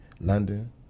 London